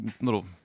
little